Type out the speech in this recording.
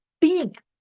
big